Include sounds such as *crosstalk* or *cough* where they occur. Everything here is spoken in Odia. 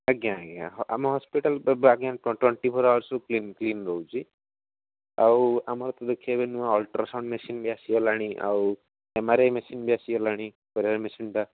ଆଜ୍ଞା ଆଜ୍ଞା ଆମ ହସ୍ପିଟାଲ୍ *unintelligible* ଆଜ୍ଞା *unintelligible* ଟ୍ବେଣ୍ଟି ଫୋର୍ ଆୱାର୍ସ କ୍ଲିନ୍ ରହୁଛି ଆଉ ଆମ ସୁରକ୍ଷା ପାଇଁ ନୂଆ ଅଲଟ୍ରାସାଉଣ୍ଡ ମେସିନ୍ ବି ଆସିଗଲାଣି ଆଉ ଏମ ଆର ଆଇ ମେସିନ୍ ବି ଆସିଗଲାଣି *unintelligible* ମେସିନ୍ଟା